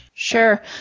Sure